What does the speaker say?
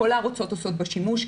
כל הארצות עושות בה שימוש.